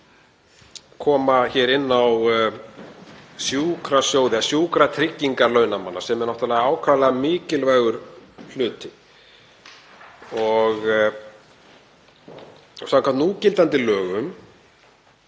koma hér inn á sjúkrasjóð eða sjúkratryggingar launamanna sem eru náttúrlega ákaflega mikilvægur hluti. Samkvæmt núgildandi lögum